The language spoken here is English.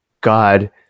God